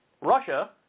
Russia